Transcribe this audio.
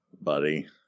buddy